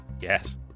Yes